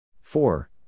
Four